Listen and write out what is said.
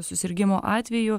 susirgimo atvejų